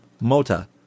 Mota